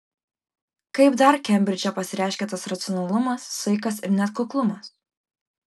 kaip dar kembridže pasireiškia tas racionalumas saikas ir net kuklumas